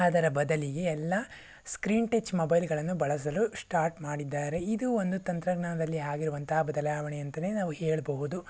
ಅದರ ಬದಲಿಗೆ ಎಲ್ಲ ಸ್ಕ್ರೀನ್ಟಚ್ ಮೊಬೈಲ್ಗಳನ್ನು ಬಳಸಲು ಸ್ಟಾರ್ಟ್ ಮಾಡಿದ್ದಾರೆ ಇದು ಒಂದು ತಂತ್ರಜ್ಞಾನದಲ್ಲಿ ಆಗಿರುವಂತಹ ಬದಲಾವಣೆ ಅಂತಲೇ ನಾವು ಹೇಳಬಹುದು